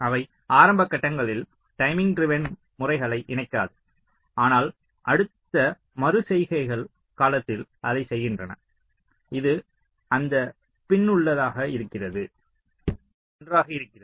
அவை ஆரம்ப கட்டங்களில் டைமிங் டிரைவன் முறைகளை இணைக்காது ஆனால் அடுத்தடுத்த மறு செய்கைகள் காலத்தில் அதைச் செய்கின்றன இது அர்த்தபின் ளதாக இருக்கிறது நன்றாக இருக்கிறது